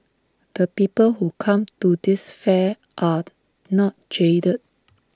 the people who come to this fair are not jaded